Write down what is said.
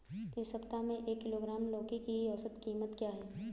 इस सप्ताह में एक किलोग्राम लौकी की औसत कीमत क्या है?